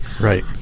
right